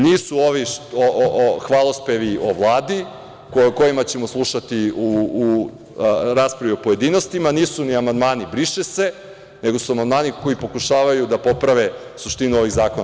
Nisu hvalospevi o Vladi, koje ćemo slušati u raspravi u pojedinostima, niti su amandmani – briše se, nego su amandmani koji pokušavaju da poprave suštinu ovih zakona.